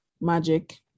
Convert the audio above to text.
Magic